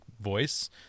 voice